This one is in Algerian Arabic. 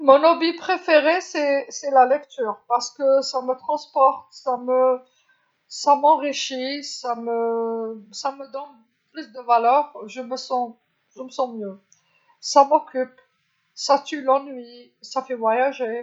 الهواية المفضلة لدي هيا القراءة، لأنها تنقلني، تغنيني، تمنحني قيمة أكبر، أشعر بتحسن، تشغلني، تقتل الملل، تجعلني أسافر.